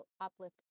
uplift